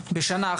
בנושא: